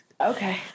okay